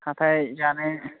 हाथाय जानो